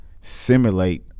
simulate